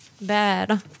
Bad